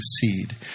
seed